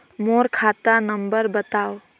मोर खाता नम्बर बताव?